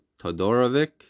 Todorovic